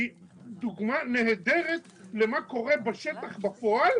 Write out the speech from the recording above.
היא דוגמה נהדרת למה קורה בשטח בפועל,